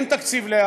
אין תקציב.